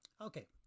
okay